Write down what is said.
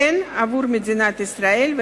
הן עבור מדינת ישראל,